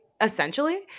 essentially